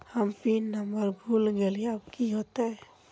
हम pin number भूल गलिऐ अब की होते?